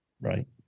Right